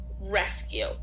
rescue